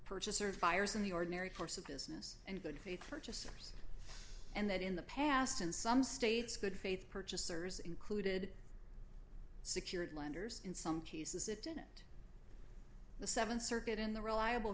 purchaser fires in the ordinary course of business and good faith purchasers and that in the past in some states good faith purchasers included secured lenders in some cases it didn't the th circuit in the reliable